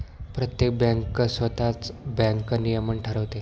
प्रत्येक बँक स्वतःच बँक नियमन ठरवते